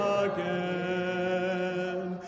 again